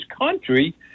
country